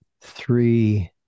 three